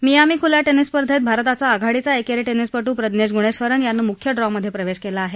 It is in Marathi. मियामी खुल्या टेनिस स्पर्धेत भारताचा आघाडीचा एकेरी टेनिसपटू प्रज्ञेश ग्णेश्वरन यानं म्ख्य ड्रॉ मध्ये प्रवेश केला आहे